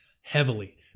heavily